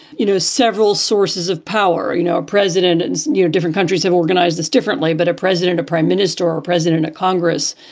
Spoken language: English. you know, several sources of power. you know, a president is, and you know, different countries have organized this differently. but a president, a prime minister or president at congress,